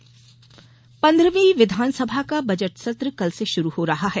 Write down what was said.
विधानसभा budget सत्र पन्द्रहवीं विधानसभा का बजट सत्र कल से शुरू हो रहा है